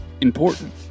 important